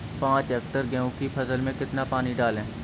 पाँच हेक्टेयर गेहूँ की फसल में कितना पानी डालें?